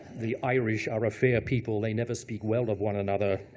the irish are a fair people, they never speak well of one another.